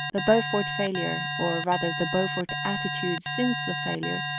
the beaufort failure, or rather the beaufort attitude since the failure,